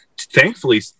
thankfully